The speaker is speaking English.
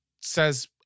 says